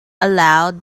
aloud